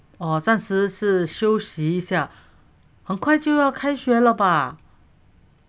哦暂时是休息一下很快就要开学了吧